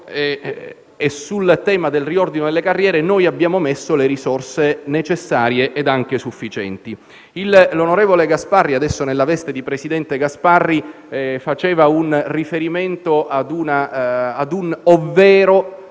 e sul tema del riordino delle carriere abbiamo stanziato le risorse necessarie e anche sufficienti. L'onorevole Gasparri, adesso nella veste di Presidente, faceva un riferimento ad un «ovvero»